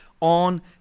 on